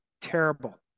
terrible